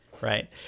right